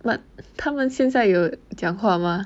but 他们现在有讲话吗